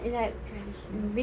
so traditional